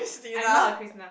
I am not a Christina